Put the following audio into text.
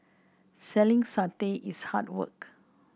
selling satay is hard work